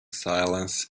silence